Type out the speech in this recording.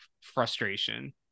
frustration